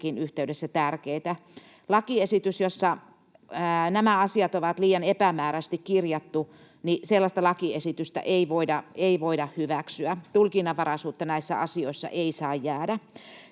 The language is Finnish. yhteydessä tärkeitä. Sellaista lakiesitystä, jossa nämä asiat ovat liian epämääräisesti kirjattu, ei voida hyväksyä. Tulkinnanvaraisuutta näissä asioissa ei saa jäädä.